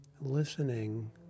listening